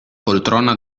poltrona